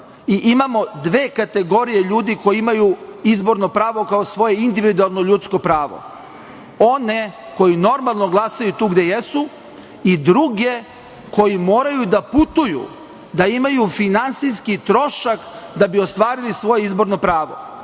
i imamo dve kategorije ljudi koji imaju izborno pravo kao svoje individualno ljudsko pravo. One, koji normalnog glasaju tu gde jesu i druge koji moraju da putuju, da imaju finansijski trošak, da bi ostvarili svoje izborno